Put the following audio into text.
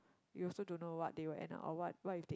you also don't know what they will end up or what if they